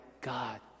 god